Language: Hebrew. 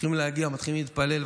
מתחילים להגיע, מתחילים להתפלל.